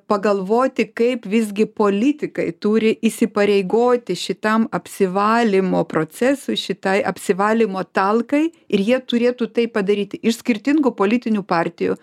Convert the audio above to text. pagalvoti kaip visgi politikai turi įsipareigoti šitam apsivalymo procesui šitai apsivalymo talkai ir jie turėtų tai padaryti iš skirtingų politinių partijų